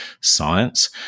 science